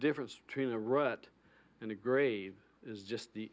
difference between a rut and a grave is just the